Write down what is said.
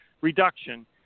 reduction